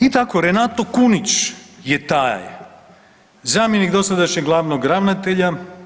I tako Renato Kunić je taj zamjenik dosadašnjeg glavnog ravnatelja.